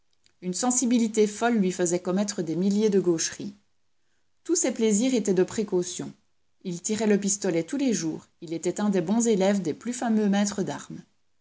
une sensibilité folle lui faisait commettre des milliers de gaucheries tous ses plaisirs étaient de précaution il tirait le pistolet tous les jours il était un des bons élèves des plus fameux maîtres d'armes